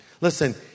Listen